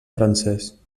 francès